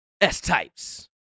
S-types